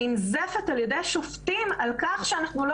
וננזפת על ידי שופטים על כך שאנחנו לא